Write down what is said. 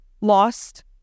lost